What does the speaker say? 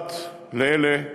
פרט לאלה,